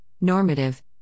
normative